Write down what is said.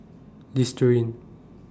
Listerine